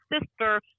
sister